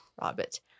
Robert